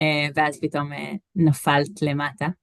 ואז פתאום נפלת למטה.